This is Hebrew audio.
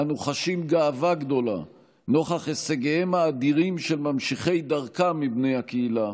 אנו חשים גאווה גדולה נוכח הישגיהם האדירים של ממשיכי דרכם מבני הקהילה,